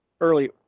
early